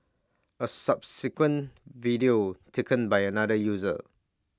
A subsequent video taken by another user